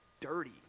dirty